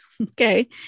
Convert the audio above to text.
okay